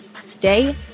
stay